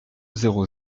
zéro